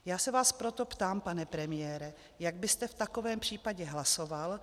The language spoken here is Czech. Já se vás proto ptám, pane premiére, jak byste v takovém případě hlasoval?